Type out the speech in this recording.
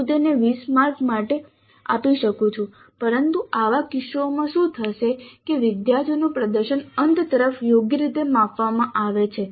હું તેને 20 માર્ક્સ આપવા માટે આપી શકું છું પરંતુ આવા કિસ્સાઓમાં શું થશે કે વિદ્યાર્થીઓનું પ્રદર્શન અંત તરફ યોગ્ય રીતે માપવામાં આવે છે